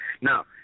Now